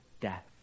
death